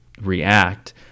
react